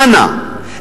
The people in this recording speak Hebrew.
אנא,